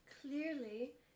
Clearly